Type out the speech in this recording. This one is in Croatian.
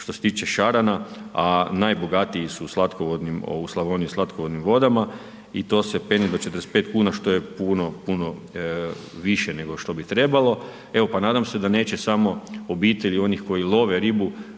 što se tiče šarana a najbogatiji su u Slavoniji u slatkovodnim vodama i to se penje do 45 kn što je puno, puno više nego što bi trebalo, evo pa nadam se da neće samo obitelji onih koji love ribu,